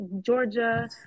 Georgia